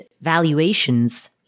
valuations